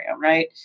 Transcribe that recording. right